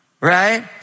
Right